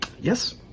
yes